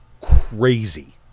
Crazy